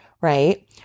right